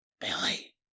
Billy